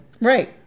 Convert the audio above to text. Right